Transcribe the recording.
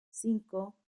cinco